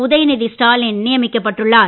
உதயநிதி ஸ்டாலின் நியமிக்கப்பட்டு உள்ளார்